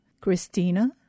Christina